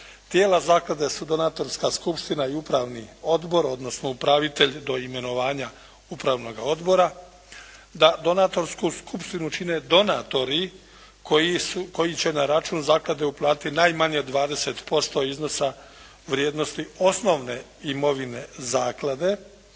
Tijela Zaklade su donatorska skupština i upravni odbor odnosno upravitelj do imenovanja upravnoga odbora. Da donatorsku skupštinu čine donatori koji će na račun zaklade uplatiti najmanje 20% iznosa vrijednosti osnovne imovine zaklade.